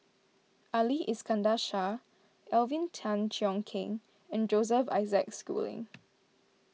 Ali Iskandar Shah Alvin Tan Cheong Kheng and Joseph Isaac Schooling